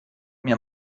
mir